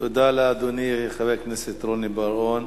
תודה לאדוני חבר הכנסת רוני בר-און.